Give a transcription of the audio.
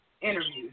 interviews